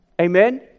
Amen